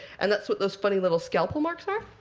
and that's what those funny little scalpel marks are.